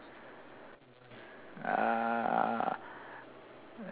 ah